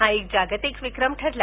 हा एक जागतिक विक्रम ठरला